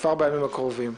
כבר בימים הקרובים.